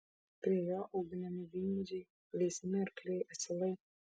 prie jo auginami vynmedžiai veisiami arkliai asilai